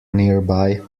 nearby